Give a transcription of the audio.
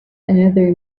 another